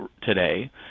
today